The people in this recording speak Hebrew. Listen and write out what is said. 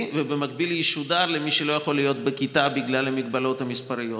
ובמקביל ישודר למי שלא יכול להיות בכיתה בגלל ההגבלות המספריות,